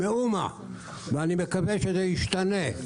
אני מקווה שזה ישתנה.